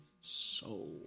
soul